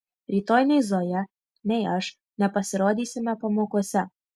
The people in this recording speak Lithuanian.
rytoj nei zoja nei aš nepasirodysime pamokose